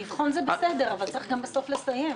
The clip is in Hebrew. לבחון זה בסדר, אבל צריך גם בסוף לסיים.